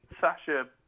Sasha